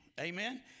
amen